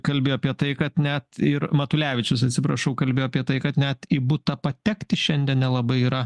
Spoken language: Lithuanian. kalbėjo apie tai kad net ir matulevičius atsiprašau kalbėjo apie tai kad net į butą patekti šiandien nelabai yra